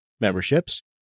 memberships